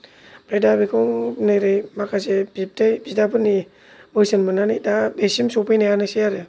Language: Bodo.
आमफ्राय दा बेखौ नोरै माखासे बिबथै बिदाफोरनि बोसोन मोननानै दा बिसिम सफैनायानोसै आरो